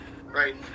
right